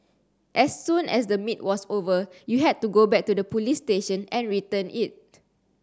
as soon as the meet was over you had to go back to the police station and return it